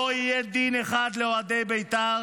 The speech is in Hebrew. לא יהיה דין אחד לאוהדי בית"ר